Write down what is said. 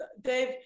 Dave